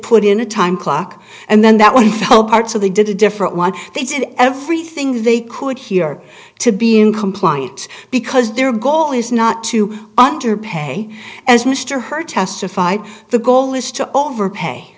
put in a time clock and then that one fell apart so they did a different one they did everything they could here to be in compliance because their goal is not to underpay as mr hurd testified the goal is to overpay